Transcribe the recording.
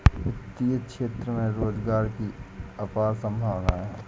वित्तीय क्षेत्र में रोजगार की अपार संभावनाएं हैं